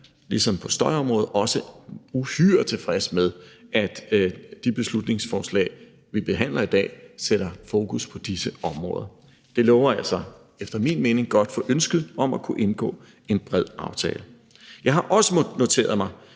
ligesom på støjområdet – uhyre tilfreds med, at de beslutningsforslag, som vi behandler i dag, sætter fokus på disse områder. Det lover altså, efter min mening, godt for ønsket om at kunne indgå en bred aftale. Jeg har også måttet notere mig,